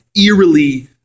eerily